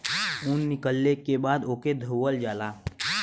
ऊन निकलले के बाद ओके धोवल जाला